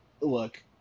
look